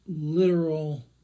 literal